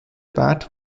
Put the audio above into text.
pat